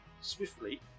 swiftly